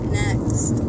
next